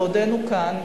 בעודנו כאן,